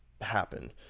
happen